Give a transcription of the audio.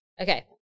Okay